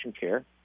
care